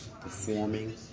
performing